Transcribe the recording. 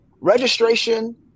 registration